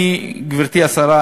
גברתי השרה,